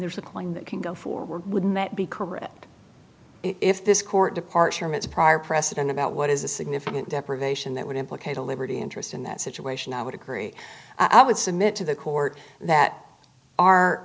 there's a claim that can go forward wouldn't that be correct if this court department's prior precedent about what is a significant deprivation that would implicate a liberty interest in that situation i would agree i would submit to the court that